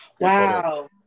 Wow